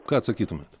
ką atsakytumėt